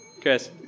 Chris